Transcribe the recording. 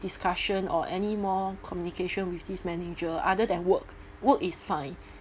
discussion or any more communication with this manager other than work work is fine